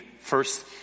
first